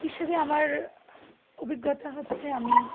হিসেবে আমার অভিজ্ঞতা হচ্ছে আমি